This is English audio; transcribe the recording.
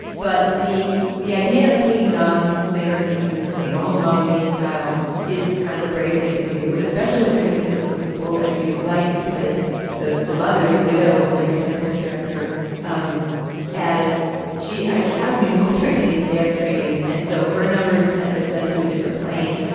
but the the idea of taking on singers and making them saying almost mamma mia style is kind of a brave thing to do especially when they're mixed in with some people like judith light who plays the the mother the widow of jeffrey tambor as character um as she actually has musical training and dance training. and so her numbers kind of ascend to a different plane.